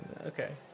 okay